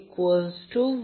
magnitude 22